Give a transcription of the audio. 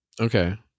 Okay